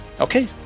Okay